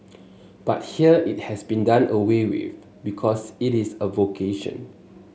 but here it has been done away with because it is a vocation